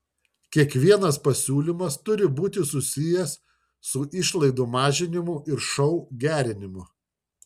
kiekvienas pasiūlymas turi būti susijęs su išlaidų mažinimu ir šou gerinimu